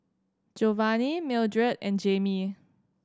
Jovani Mildred and Jamie